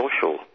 social